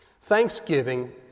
Thanksgiving